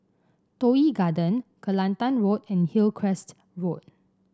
Toh Yi Garden Kelantan Road and Hillcrest Road